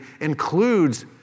includes